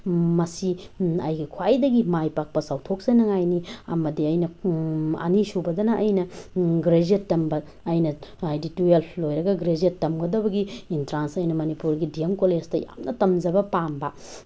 ꯃꯁꯤ ꯑꯩꯒꯤ ꯈ꯭ꯋꯥꯏꯗꯒꯤ ꯃꯥꯏ ꯄꯥꯛꯄ ꯆꯥꯎꯊꯣꯛꯆꯅꯉꯥꯏꯅꯤ ꯑꯃꯗꯤ ꯑꯩꯅ ꯑꯅꯤꯁꯨꯕꯗꯅ ꯑꯩꯅ ꯒ꯭ꯔꯦꯖ꯭ꯋꯦꯠ ꯇꯝꯕ ꯑꯩꯅ ꯍꯥꯏꯗꯤ ꯇ꯭ꯋꯦꯜꯞ ꯂꯣꯏꯔꯒ ꯒ꯭ꯔꯦꯖ꯭ꯋꯦꯠ ꯇꯝꯒꯗꯕꯒꯤ ꯑꯦꯟꯇ꯭ꯔꯥꯟꯁ ꯑꯩꯅ ꯃꯅꯤꯄꯨꯔꯒꯤ ꯗꯤ ꯑꯦꯝ ꯀꯣꯂꯦꯖꯇ ꯌꯥꯝꯅ ꯇꯝꯖꯕ ꯄꯥꯝꯕ